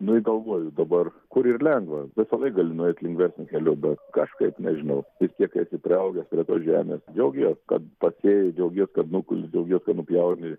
nu i galvoju dabar kur yr lengva visąlaik gali nueit lengvesniu keliu bet kažkaip nežinau ir kiek esi priaugęs prie tos žemės džiaugies kad pasėji džiaugies kad nukuli džiaugies kad nupjauni